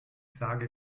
sage